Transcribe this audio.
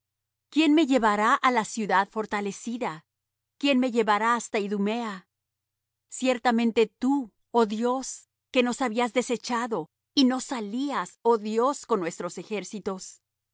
quién me llevará á la ciudad fortalecida quién me llevará hasta idumea ciertamente tú oh dios que nos habías desechado y no salías oh dios con nuestros ejércitos